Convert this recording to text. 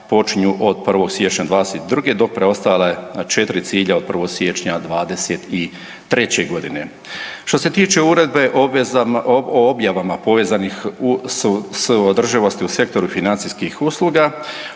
počinju od 1. siječnja 2022. dok preostala četiri cilja od 1. siječnja 2023.g. Što se tiče uredbe o objavama povezanih s održivosti u sektoru financijskih usluga,